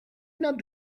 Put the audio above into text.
not